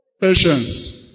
Patience